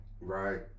Right